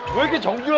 break? i